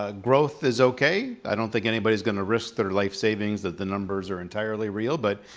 ah growth is okay. i don't think anybody's gonna risk their life savings that the numbers are entirely real, but,